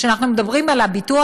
כשאנחנו מדברים על הביטוח,